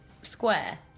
square